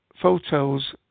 photos